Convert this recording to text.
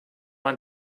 man